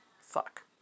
fuck